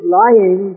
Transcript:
lying